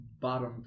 Bottom